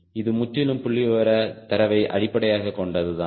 இது முற்றிலும் புள்ளிவிவர தரவை அடிப்படையாகக் கொண்டது தான்